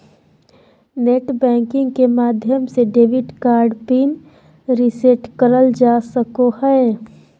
net banking के माध्यम से डेबिट कार्ड पिन रीसेट करल जा सको हय